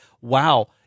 wow